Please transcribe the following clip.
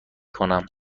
کنم